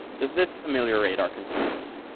does this ameliorate our concerns?